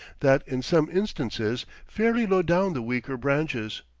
that in some instances fairly load down the weaker branches.